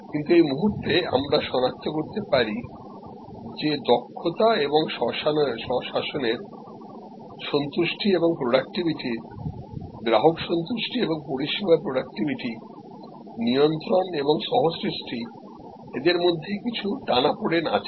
কিন্তু এই মুহূর্তে আমরা সনাক্ত করতে পারি যে দক্ষতা এবং স্বশাসনর সন্তুষ্টি এবং প্রডাক্টিভিটি গ্রাহক সন্তুষ্টি এবং পরিষেবার প্রডাক্টিভিটিনিয়ন্ত্রণ এবংসহসৃষ্টি এর মধ্যে কিছু টানাপোড়েন আছে